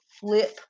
flip